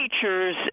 teachers